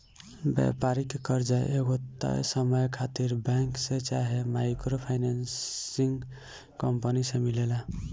व्यापारिक कर्जा एगो तय समय खातिर बैंक से चाहे माइक्रो फाइनेंसिंग कंपनी से मिलेला